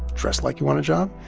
dress like you want a job.